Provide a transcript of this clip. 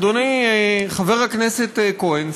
אדוני חבר הכנסת כהן,